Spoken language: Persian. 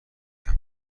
دیدم